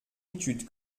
étude